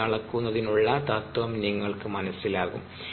H അളക്കുന്നതിനുള്ള തത്വം നിങ്ങൾക്ക് മനസ്സിലാകും